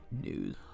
news